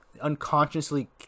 unconsciously